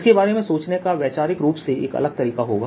इसके बारे में सोचने का वैचारिक रूप से एक अलग तरीका होगा